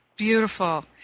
beautiful